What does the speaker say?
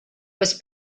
was